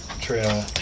Trail